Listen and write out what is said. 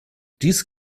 dies